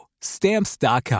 Stamps.com